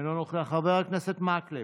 אינו נוכח, חבר הכנסת מקלב,